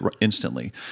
instantly